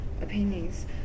opinions